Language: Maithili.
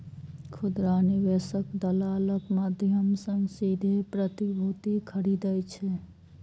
खुदरा निवेशक दलालक माध्यम सं सीधे प्रतिभूति खरीदै छै